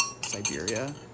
Siberia